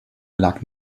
lag